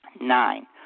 Nine